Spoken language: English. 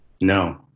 no